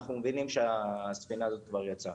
אנחנו מבינים שהספינה הזאת כבר יצאה.